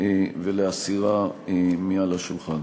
ולהסירה מעל השולחן.